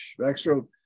Backstroke